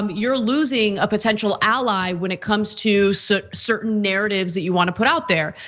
um you're losing a potential ally when it comes to. so certain narratives that you wanna put out there,